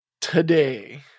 Today